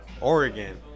Oregon